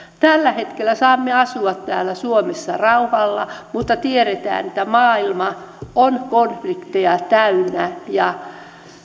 tällä hetkellä saamme asua täällä suomessa rauhassa mutta tiedetään että maailma on konflikteja täynnä ja